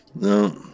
No